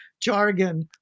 Jargon